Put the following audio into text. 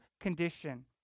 condition